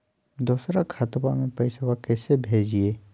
दोसर खतबा में पैसबा कैसे भेजिए?